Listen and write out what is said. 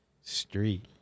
Street